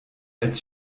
als